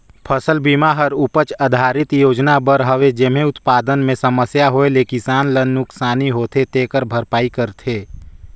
फसल बिमा हर उपज आधरित योजना बर हवे जेम्हे उत्पादन मे समस्या होए ले किसान ल नुकसानी होथे तेखर भरपाई करथे